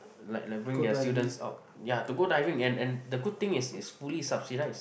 like like bring their students out yeah to go diving and and the good thing is it's fully subsidised